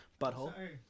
Butthole